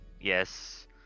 Yes